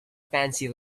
fancy